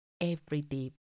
everyday